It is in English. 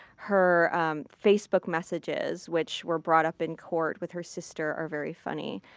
her um facebook messages, which were brought up in court with her sister are very funny.